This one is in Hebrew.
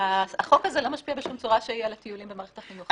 החוק הזה לא משפיע בשום צורה שהיא על הטיולים במערכת החינוך.